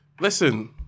listen